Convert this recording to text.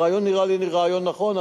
הרעיון נראה לי רעיון נכון,